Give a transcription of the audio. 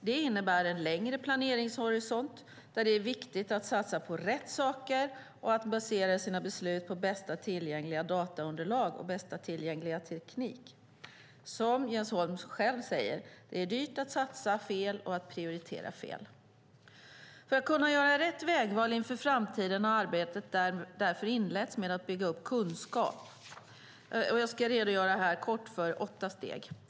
Det innebär en längre planeringshorisont där det är viktigt att satsa på rätt saker och att basera sina beslut på bästa tillgängliga dataunderlag och bästa tillgängliga teknik. Som Jens Holm själv säger är det dyrt att satsa fel och prioritera fel. För att kunna göra rätt vägval inför framtiden har arbetet därför inletts med att bygga upp kunskap. Jag ska här kort redogöra för åtta steg.